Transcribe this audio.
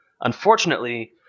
Unfortunately